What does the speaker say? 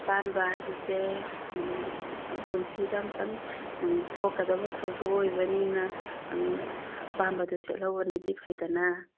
ꯑꯄꯥꯝꯕ ꯍꯥꯏꯕꯁꯦ ꯄꯨꯟꯁꯤꯗ ꯑꯃꯨꯛꯇꯪ ꯊꯣꯛꯀꯗꯕ ꯊꯧꯗꯣꯛ ꯑꯣꯏꯕꯅꯤꯅ ꯑꯄꯝꯕꯗꯨ ꯁꯦꯠꯍꯧꯕꯅꯗꯤ ꯐꯩꯗꯅ